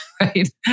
right